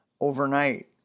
overnight